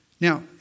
Now